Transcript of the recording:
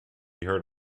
heard